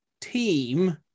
team